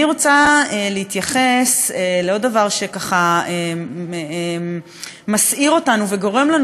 אני רוצה להתייחס לעוד דבר שככה מסעיר אותנו וגורם לנו,